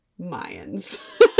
Mayans